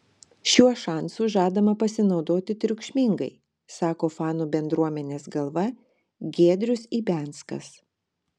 šiuo šansu žadama pasinaudoti triukšmingai sako fanų bendruomenės galva giedrius ibianskas